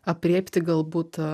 aprėpti galbūt